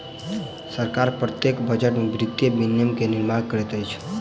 सरकार प्रत्येक बजट में वित्तीय विनियम के निर्माण करैत अछि